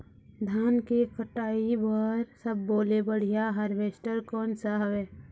धान के कटाई बर सब्बो ले बढ़िया हारवेस्ट कोन सा हवए?